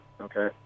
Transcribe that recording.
okay